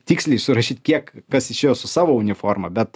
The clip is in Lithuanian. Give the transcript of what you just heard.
tiksliai surašyt kiek kas išėjo su savo uniforma bet